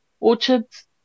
Orchards